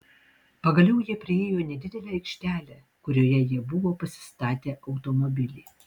pagaliau ji priėjo nedidelę aikštelę kurioje jie buvo pasistatę automobilį